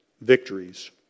victories